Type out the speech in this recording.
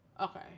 Okay